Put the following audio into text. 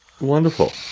Wonderful